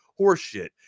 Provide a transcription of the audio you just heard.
Horseshit